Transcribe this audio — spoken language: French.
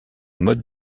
mode